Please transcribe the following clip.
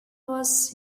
was